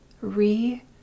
re